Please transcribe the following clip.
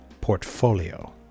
portfolio